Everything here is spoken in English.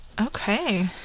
Okay